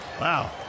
Wow